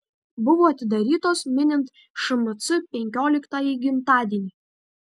buvo atidarytos minint šmc penkioliktąjį gimtadienį